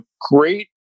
great